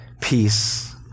peace